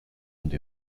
under